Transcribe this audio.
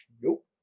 Nope